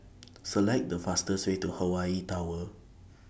Select The fastest Way to Hawaii Tower